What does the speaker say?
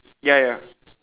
ya ya